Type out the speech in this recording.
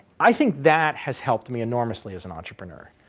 i think that has helped me enormously as an entrepreneur.